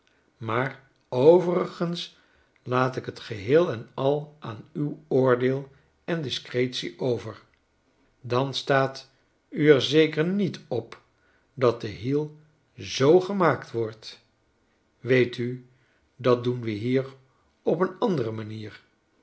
maar overigens laat ik t geheel en al aan uw oordeel en discretie over dan staat u er zeker niet op dat de hiel zoo gemaakt wordt weet u dat doenwehierop j n andere manier